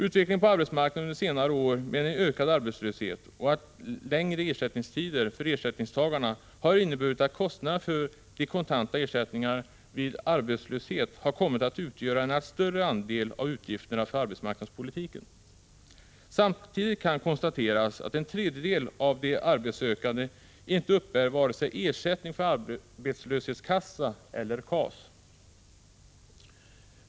Utvecklingen på arbetsmarknaden under senare år med en ökad arbetslöshet och allt längre ersättningstider för ersättningstagarna har inneburit att kostnaderna för de kontanta ersättningarna vid arbetslöshet har kommit att utgöra en allt större andel av utgifterna för arbetsmarknadspolitiken. Samtidigt kan konstateras att en tredjedel av de arbetssökande inte uppbär vare sig ersättning från arbetslöshetskassa eller KAS.